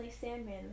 Sandman